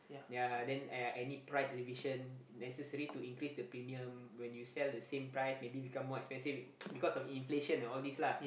ya then uh any price revision necessary to increase the premium when you sell the same price maybe become more expensive because of inflation and all this lah